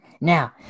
Now